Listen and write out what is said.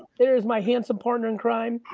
there's my handsome partner in crime.